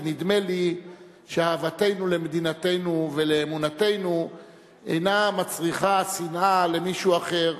ונדמה לי שאהבתנו למדינתנו ולאמונתנו אינה מצריכה שנאה למישהו אחר.